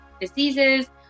diseases